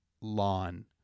lawn